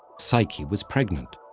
psyche was pregnant.